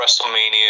WrestleMania